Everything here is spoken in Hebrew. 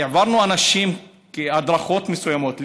העברנו לאנשים הדרכות מסוימות,